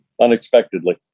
unexpectedly